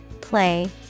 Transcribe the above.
play